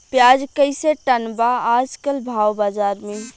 प्याज कइसे टन बा आज कल भाव बाज़ार मे?